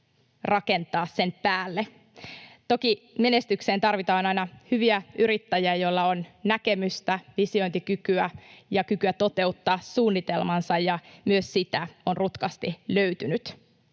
rakentaa. Toki menestykseen tarvitaan aina hyviä yrittäjiä, joilla on näkemystä, visiointikykyä ja kykyä toteuttaa suunnitelmansa, ja myös sitä on rutkasti löytynyt.